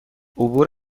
عبور